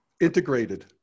Integrated